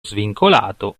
svincolato